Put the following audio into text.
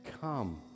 come